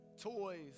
toys